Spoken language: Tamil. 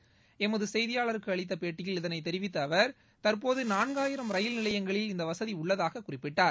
ளமது சுப்தியாளருக்கு அளித்த பேட்டியில் இதனை தெரிவித்த அவர் தற்போது நான்காயிரம் ரயில்நிலையங்களில் இந்த வசதி உள்ளதாக குறிப்பிட்டார்